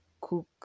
cook